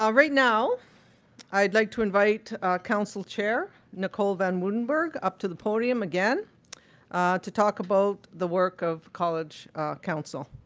um right now i'd like to invite council chair, nicole van woudenberg up to the podium again to talk about the work of college council.